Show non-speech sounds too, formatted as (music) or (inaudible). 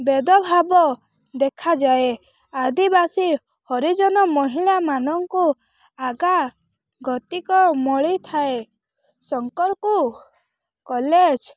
ବେଦଭାବ ଦେଖାଯାଏ ଆଦିବାସୀ ହରିଜନ ମହିଳା ମାନଙ୍କୁ ଆଗା ଗତିକ ମଳିଥାଏ (unintelligible) କଲେଜ